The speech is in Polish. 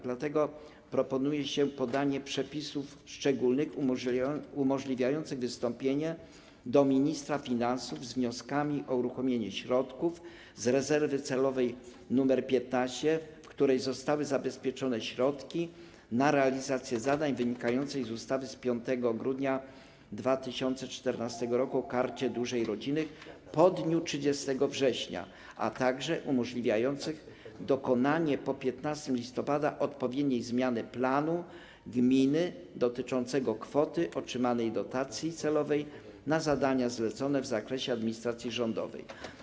Dlatego proponuje się dodanie przepisów szczególnych umożliwiających wystąpienie do ministra finansów z wnioskami o uruchomienie środków z rezerwy celowej nr 15, w której zostały zabezpieczone środki na realizację zadań wynikających z ustawy z 5 grudnia 2014 r. o Karcie Dużej Rodziny, po dniu 30 września, a także umożliwiających dokonanie po 15 listopada odpowiedniej zmiany planu gminy dotyczącego kwoty otrzymanej dotacji celowej na zadania zlecone w zakresie administracji rządowej.